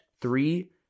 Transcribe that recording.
three